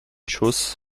schuss